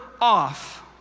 off